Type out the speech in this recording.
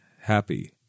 happy